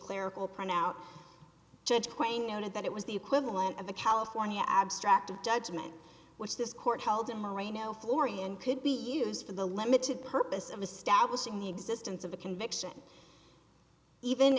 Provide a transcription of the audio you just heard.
clerical printout judge quain noted that it was the equivalent of the california abstract of judgment which this court held in marino florian could be used for the limited purpose of establishing the existence of a conviction even